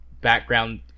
background